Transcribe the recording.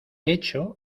hecho